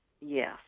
Yes